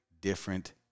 different